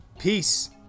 Peace